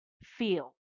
feel